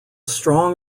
strong